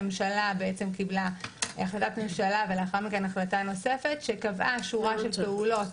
הממשלה קיבלה החלטת ממשלה ולאחר מכן החלטה נוספת שקבעה שורה של פעולות